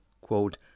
quote